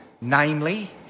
namely